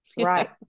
Right